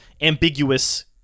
ambiguous